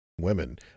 Women